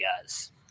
guys